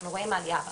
אנחנו רואים עלייה.